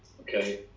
Okay